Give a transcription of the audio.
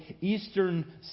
eastern